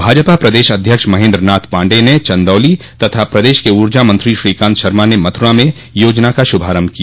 भाजपा प्रदेश अध्यक्ष महेन्द्र नाथ पाण्डेय ने चंदौली तथा प्रदेश के उर्जा मंत्री श्रीकांत शर्मा ने मथुरा में योजना का श्रभारम्भ किया